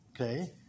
Okay